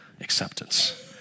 acceptance